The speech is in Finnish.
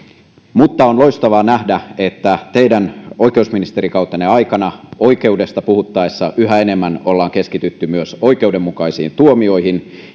mutta on loistavaa nähdä että teidän oikeusministerikautenne aikana oikeudesta puhuttaessa yhä enemmän ollaan keskitytty myös oikeudenmukaisiin tuomioihin